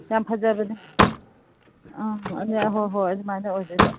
ꯌꯥꯝ ꯐꯖꯕꯅꯤ ꯑꯪ ꯑꯗꯨꯅ ꯍꯣꯏ ꯍꯣꯏ ꯑꯗꯨꯃꯥꯏꯅ ꯑꯣꯏꯗꯣꯏꯕ